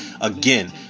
again